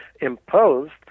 imposed